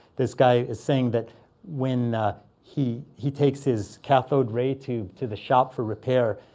this guy is saying that when he he takes his cathode ray tube to the shop for repair,